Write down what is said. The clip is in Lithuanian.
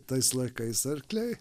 tais laikais arkliai